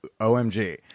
omg